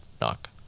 Knock